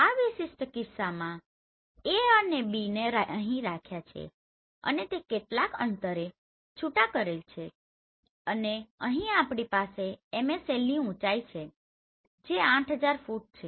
આ વિશિષ્ટ કિસ્સામાં મેં A અને B ને અહીં રાખ્યા છે અને તે કેટલાક અંતરે છૂટા કરેલ છે અને અહીં આપણી પાસે MSLની ઊચાઇ છે જે 8000 ફૂટ છે